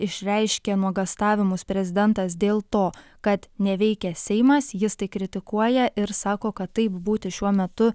išreiškė nuogąstavimus prezidentas dėl to kad neveikia seimas jis tai kritikuoja ir sako kad taip būti šiuo metu